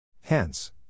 Hence